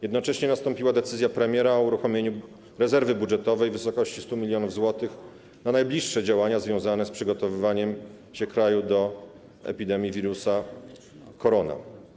Jednocześnie zapadła decyzja premiera o uruchomieniu rezerwy budżetowej w wysokości 100 mln zł na najbliższe działania związane z przygotowywaniem się kraju do epidemii wirusa korona.